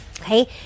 okay